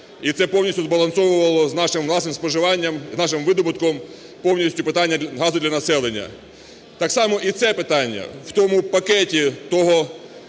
І це повністю збалансовувало з нашим власним споживанням, з нашим видобутком повністю питання газу для населення. Так само і це питання, в тому пакеті, того